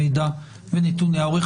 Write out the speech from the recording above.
מוריה